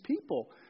people